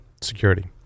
Security